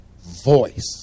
voice